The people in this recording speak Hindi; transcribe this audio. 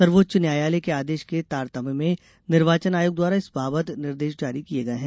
सर्वोच्च न्यायालय के आदेश के तारतम्य में निर्वाचन आयोग द्वारा इस बाबत निर्देश जारी किये गये हैं